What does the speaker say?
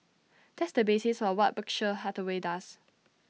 that's the basis for what Berkshire Hathaway does